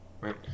right